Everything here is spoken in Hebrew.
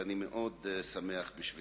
אני שמח מאוד על כך.